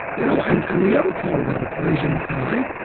you know and and the other part of that equation, kai,